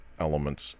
elements